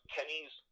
Kenny's